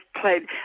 played